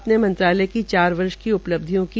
अपने मंत्रालय की चार वर्ष की उपलब्धियों की